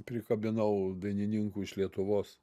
prikabinau dainininkų iš lietuvos